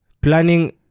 planning